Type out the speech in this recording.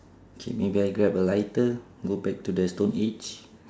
K maybe I grab a lighter go back to the stone age